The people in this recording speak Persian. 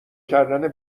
کردن